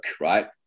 right